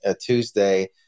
Tuesday